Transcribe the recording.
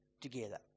together